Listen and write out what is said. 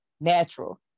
Natural